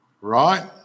right